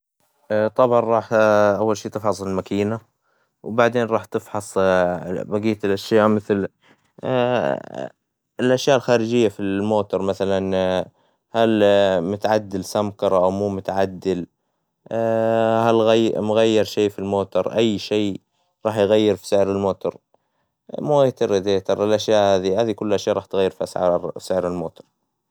طبعاً راح، أول شي تفصل الماكينة، وبعدين راح تفحص بقية الأشياء مثل، الأشياء الخارجية في الموتر، يعني هل متعدل سمكرة أو مو متعدل، هل غي- مغير شي في الموتر أي شي راح يغير في سعر الموتر، موايترا دي، ترا الأشياء هذي، هذي كل الأشياء راح تغيرفي أسعار- في سعر الموتر.